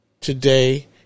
today